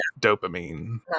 dopamine